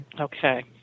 Okay